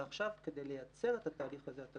ועכשיו, כדי לייצר את התהליך הזה, אתה